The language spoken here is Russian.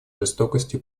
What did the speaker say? жестокости